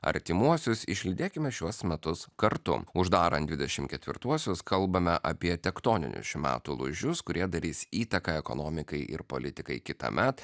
artimuosius išlydėkime šiuos metus kartu uždaran dvidešimt ketvirtuosius kalbame apie tektoninius šių metų lūžius kurie darys įtaką ekonomikai ir politikai kitąmet